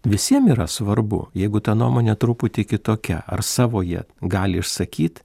visiem yra svarbu jeigu ta nuomonė truputį kitokia ar savo jie gali išsakyt